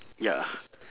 ya